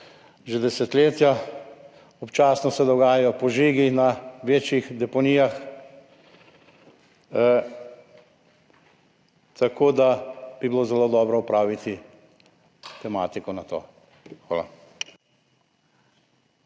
že desetletja, občasno se dogajajo požigi na večjih deponijah, tako da bi bilo zelo dobro opraviti razpravo na to